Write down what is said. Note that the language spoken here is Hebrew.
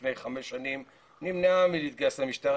לפני חמש שנים נמנעה מלהתגייס למשטרה.